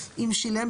אם שילם,